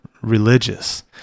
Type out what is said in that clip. religious